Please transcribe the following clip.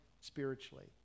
spiritually